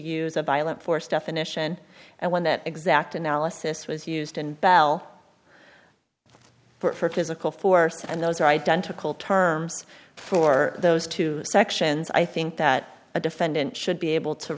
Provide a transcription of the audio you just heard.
use a violent force definition and when that exact analysis was used and bell for physical force and those are identical terms for those two sections i think that a defendant should be able to